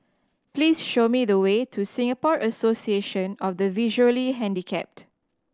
please show me the way to Singapore Association of the Visually Handicapped